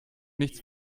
nichts